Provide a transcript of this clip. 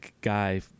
guy